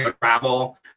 travel